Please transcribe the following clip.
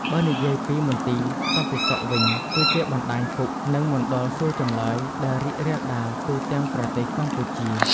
បើនិយាយពី មន្ទីរសន្តិសុខវិញ គឺជាបណ្តាញគុក និងមណ្ឌលសួរចម្លើយដែលរីករាលដាលទូទាំងប្រទេសកម្ពុជា។